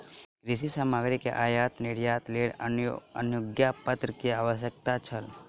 कृषि सामग्री के आयात निर्यातक लेल अनुज्ञापत्र के आवश्यकता छल